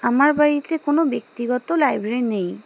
আমার বাড়িতে কোনো ব্যক্তিগত লাইব্রেরি নেই